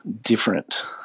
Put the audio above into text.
different